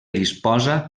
disposa